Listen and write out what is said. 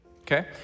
okay